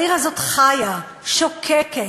העיר הזאת חיה, שוקקת,